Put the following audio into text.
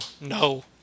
no